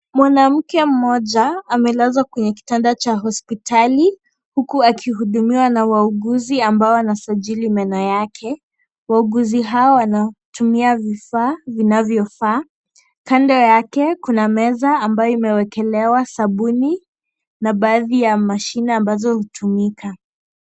Mwanamke mmoja amelazwa kwenye kitanda cha hospitali huku akihudumiwa na wauguzi ambao wanasajili meno yake. Wauguzi hawa wanatumia vifaa vinavyofaa. Kando yake kuna meza ambayo imewekelewa sabuni na baadhi ya mashine ambazo hutumika.